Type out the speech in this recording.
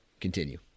Continue